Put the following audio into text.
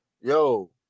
Yo